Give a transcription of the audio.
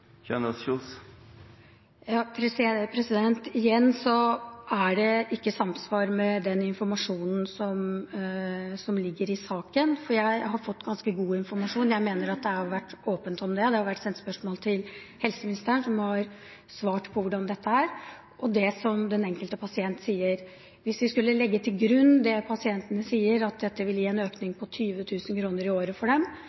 Kjønaas Kjos ikkje trur på pasientorganisasjonane, som er veldig fortvilte, og som faktisk er brukarar av dette tilbodet? Igjen er det ikke samsvar med den informasjonen som ligger i saken. Jeg har fått ganske god informasjon, og jeg mener at det har vært åpenhet om det – det har vært sendt spørsmål til helseministeren, som nå har svart på hvordan dette er – og det som den enkelte pasient sier. Hvis vi skulle legge til grunn det pasientene sier, at dette vil gi en økning på